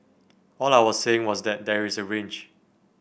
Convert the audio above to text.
all I was saying was that there is a range